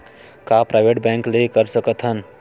का private bank ले कर सकत हन?